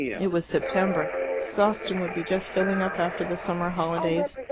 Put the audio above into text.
it was september. sawston would be just filling up after the summer holidays.